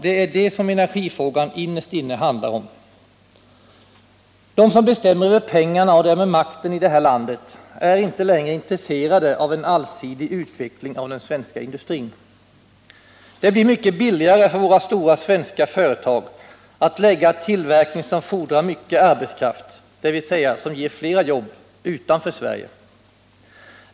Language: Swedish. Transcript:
Det är det som energifrågan innerst inne handlar om. De som bestämmer över pengarna och därmed har makten i det här landet är inte längre intresserade av en allsidig utveckling av den svenska industrin. Det blir mycket billigare för våra stora svenska företag att förlägga tillverkning som fordrar mycket arbetskraft, dvs. som ger fler arbeten, utanför Sverige.